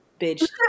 bitch